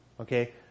Okay